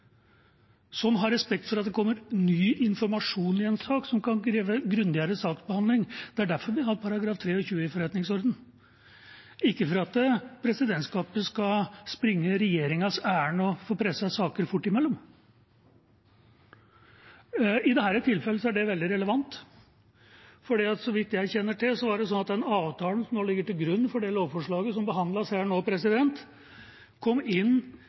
respekt for at det kan komme ny informasjon i en sak, som kan kreve grundigere saksbehandling. Det er derfor vi har § 23 i forretningsordenen – ikke fordi presidentskapet skal springe regjeringas ærend og få presset saker fort igjennom. I dette tilfellet er det veldig relevant, for så vidt jeg kjenner til, var det slik at den avtalen som ligger til grunn for det lovforslaget som behandles her nå, kom inn